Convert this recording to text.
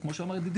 כמו שאמר ידידי,